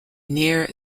near